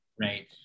Right